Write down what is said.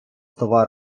товар